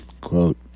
Quote